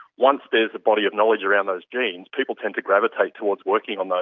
once there is a body of knowledge around those genes, people tend to gravitate towards working on those,